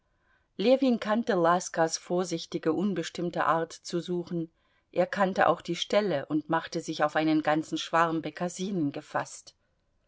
ljewin kannte laskas vorsichtige unbestimmte art zu suchen er kannte auch die stelle und machte sich auf einen ganzen schwarm bekassinen gefaßt